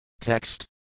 Text